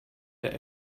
der